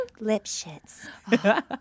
Lipshits